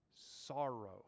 sorrow